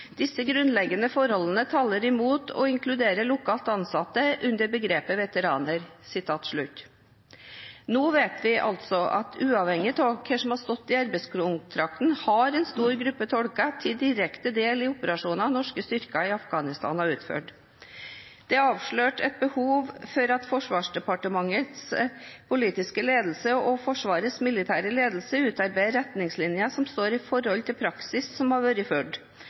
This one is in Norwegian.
Disse grunnleggende forholdene taler imot å inkludere lokalt ansatte under begrepet veteraner.» Nå vet vi altså at uavhengig av hva som har stått i arbeidskontrakten, har en stor gruppe tolker tatt direkte del i operasjonene norske styrker i Afghanistan har utført. Det er avslørt et behov for at Forsvarsdepartementets politiske ledelse og Forsvarets militære ledelse utarbeider retningslinjer som står i forhold til praksis som har